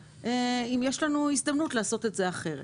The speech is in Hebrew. האם יש לנו הזדמנות לעשות את זה אחרת?